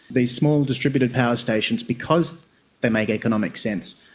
these small distributed power stations, because they make economic sense,